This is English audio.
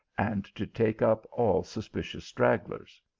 and to take up all suspicious strag glers.